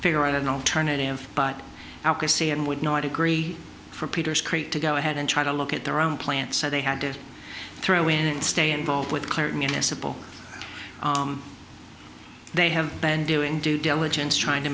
figure out an alternative but to see him would not agree for peter's create to go ahead and try to look at their own plant so they had to throw in and stay involved with clare municipal they have been doing due diligence trying to